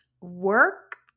work